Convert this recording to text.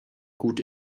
gut